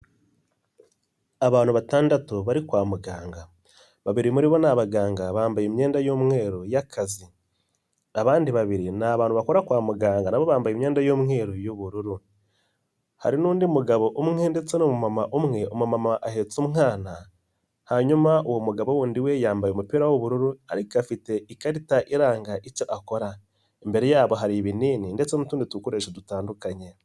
Abantu batandatu bari kwa muganga, babiri muri bo ni abaganga bambaye imyenda y'umweru y'akazi abandi babiri ni abantu bakora kwa muganga nabo bambaye imyenda y'umweru y'ubururu, hari n'undi mugabo umwe ndetse'umumama umwe mama ahetse umwana hanyuma uwo mugabo wundi we yambaye umupira w'ubururu ariko afite ikarita iranga icyo akora imbere yabo hari ibinini ndetse n'utundi dukoresho dutandukanye.